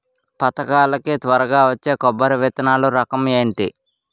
పథకాల కి త్వరగా వచ్చే కొబ్బరి విత్తనాలు రకం ఏంటి?